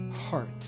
heart